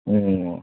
ꯎꯝ ꯎꯝ ꯑꯣ